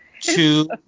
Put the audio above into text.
Two